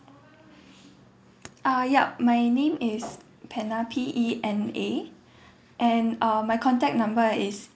uh yup my name is pena P E N A and uh my contact number is